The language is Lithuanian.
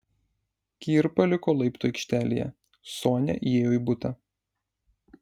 kirpa liko laiptų aikštelėje sonia įėjo į butą